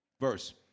Verse